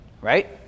right